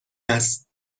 است